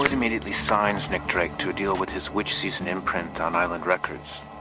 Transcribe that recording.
immediately signs nick drake to deal with his witchseason imprint on island records.